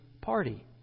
party